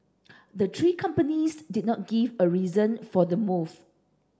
the three companies did not give a reason for the move